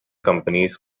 companies